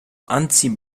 anziehen